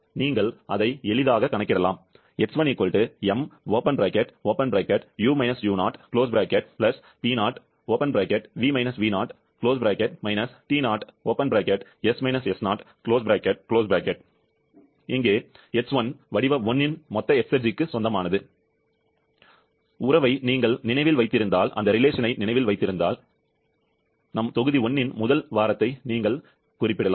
நீங்கள் அதை எளிதாக கணக்கிடலாம் எங்கே X1 வடிவ 1 இன் மொத்த எஸ்ர்ஜிக்கு சொந்தமானது உறவை நீங்கள் நினைவில் வைத்திருந்தால் இல்லையெனில் எங்கள் தொகுதி 1 இன் முதல் வாரத்தை நீங்கள் குறிப்பிடலாம்